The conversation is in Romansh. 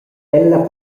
ella